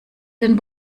den